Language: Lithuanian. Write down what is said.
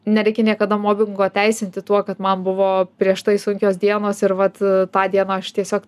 nereikia niekada mobingo teisinti tuo kad man buvo prieš tai sunkios dienos ir vat tą dieną aš tiesiog